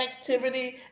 activity